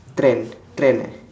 trend trend eh